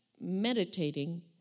meditating